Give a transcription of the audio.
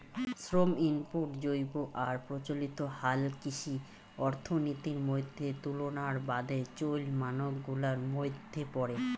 শ্রম ইনপুট জৈব আর প্রচলিত হালকৃষি অর্থনীতির মইধ্যে তুলনার বাদে চইল মানক গুলার মইধ্যে পরে